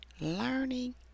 learning